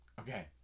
Okay